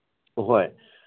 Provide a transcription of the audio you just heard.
ꯑꯍꯣꯏ